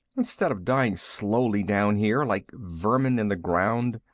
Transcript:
instead of dying slowly down here, like vermin in the ground.